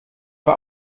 war